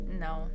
no